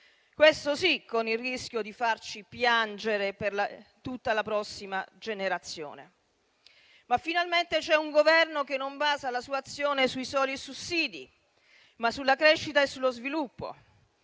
questo sì con il rischio di farci piangere per tutta la prossima generazione. Finalmente c'è un Governo che basa la sua azione non sui soli sussidi, ma sulla crescita e sullo sviluppo.